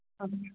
okay